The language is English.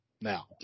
now